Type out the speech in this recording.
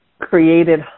created